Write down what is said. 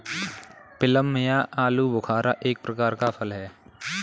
plum या आलूबुखारा एक प्रकार का फल है